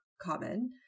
common